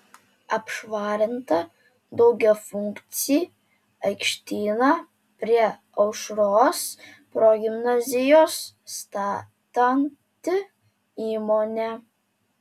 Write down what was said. apšvarinta daugiafunkcį aikštyną prie aušros progimnazijos statanti įmonė